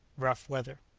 rough weather.